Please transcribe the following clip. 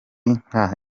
nka